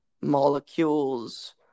molecules